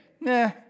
nah